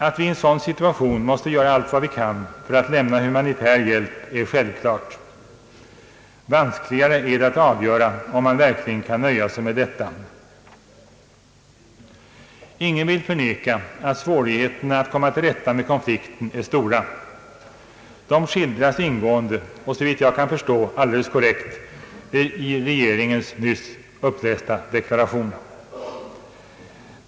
Att vi i en sådan situation måste göra allt vad vi kan för att lämna humanitär hjälp är självklart. Vanskligare är det att avgöra om man verkligen kan nöja sig med detta. Ingen vill förneka att svårigheterna att komma till rätta med konflikten är stora. De skildras ingående och såvitt jag kan förstå alldeles korrekt i regeringens nyss upplästa deklaration.